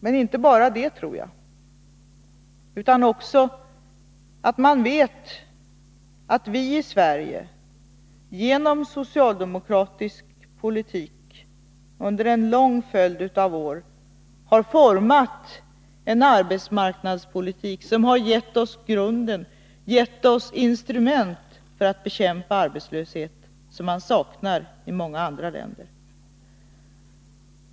Men inte bara det, tror jag, utan också att man vet att vi i Sverige genom socialdemokratisk politik under en lång följd av år har format en arbetsmarknadspolitik som har gett oss grunden, gett oss instrument att bekämpa arbetslösheten — instrument som man saknar i många andra länder.